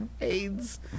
aids